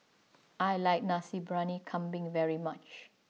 I like Nasi Briyani Kambing very much